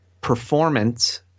performance